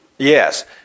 Yes